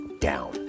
down